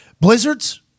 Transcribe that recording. Blizzards